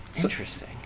interesting